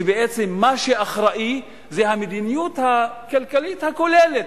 שמה שאחראי זה המדיניות הכלכלית הכוללת,